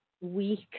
week